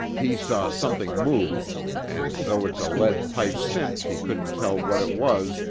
he saw something move and, though it's a lead-pipe cinch he couldn't tell what it was,